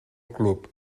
club